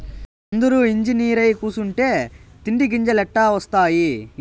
అందురూ ఇంజనీరై కూసుంటే తిండి గింజలెట్టా ఒస్తాయి